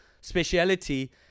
speciality